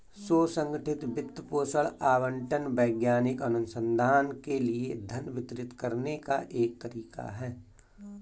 स्व संगठित वित्त पोषण आवंटन वैज्ञानिक अनुसंधान के लिए धन वितरित करने का एक तरीका हैं